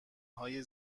های